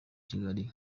kigali